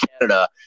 Canada